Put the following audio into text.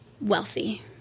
wealthy